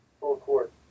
full-court